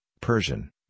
Persian